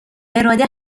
اراده